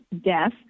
death